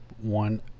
One